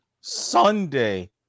Sunday